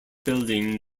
building